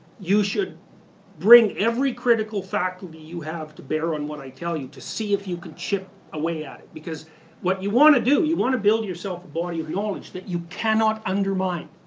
you should bring every critical faculty you have to bear on what i tell you to see if you can chip away at it because what you want to do is you want to build yourself a body of knowledge that you cannot undermine.